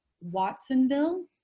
Watsonville